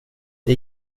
det